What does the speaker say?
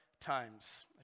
times